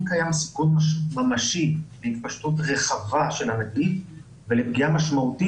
קיים סיכוי ממשי להתפשטות רחבה של הנגיף ולפגיעה משמעותית